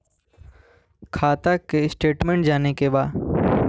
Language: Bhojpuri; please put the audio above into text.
खाता के स्टेटमेंट जाने के बा?